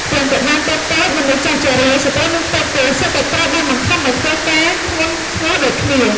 ទាំងកុមារតូចៗ មនុស្សចាស់ជរា ស្ត្រីមានផ្ទៃពោះ សុទ្ធតែត្រូវបានបង្ខំឱ្យធ្វើការធ្ងន់ធ្ងរដូចគ្នា។